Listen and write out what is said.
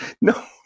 no